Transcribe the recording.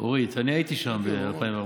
אני הייתי שם ב-2014,